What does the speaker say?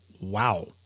wow